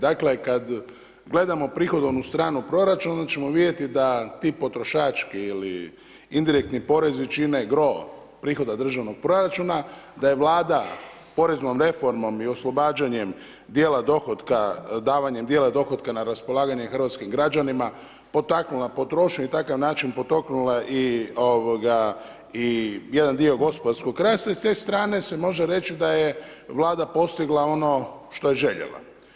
Dakle, kad gledamo prihodovnu stranu proračuna, ćemo vidjeti da ti potrošački ili indirektni porezi čine gro prihoda državnog proračuna, da je Vlada poreznom reformom i oslobađanjem djela dohotka, davanjem dijela dohotka na raspolaganje hrvatskim građanima, potaknula potrošnju i takav način potaknula i jedan dio gospodarskog rasta i s te strane se može reći da je Vlada postigla ono što je željela.